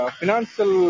financial